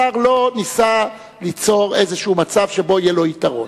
השר לא ניסה ליצור מצב שבו יהיה לו יתרון.